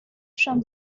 from